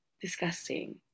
disgusting